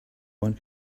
one